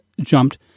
jumped